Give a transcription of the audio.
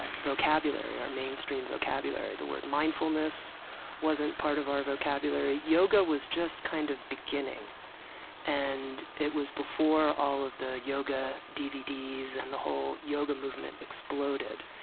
vocabulary, our mainstream vocabulary. the word mindfulness wasn't part of our vocabulary. yoga was just kind of beginning and it was before all of the yoga dvds and the whole yoga movement exploded.